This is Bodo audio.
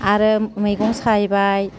आरो मैगं सायबाय